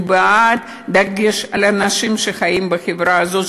אני בעד דגש על אנשים שחיים בחברה הזאת,